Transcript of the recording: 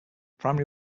primary